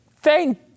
thank